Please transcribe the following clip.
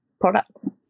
products